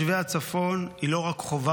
היו"ר משה סולומון: אתה אמור להיות בחוץ,